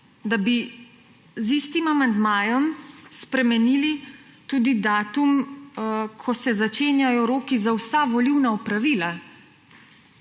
da bi z istim amandmajem spremenili tudi datum, ko se začenjajo roki za vsa volilna opravila,